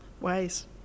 ways